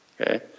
okay